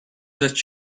that